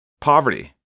Poverty